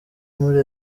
muri